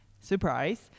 Surprise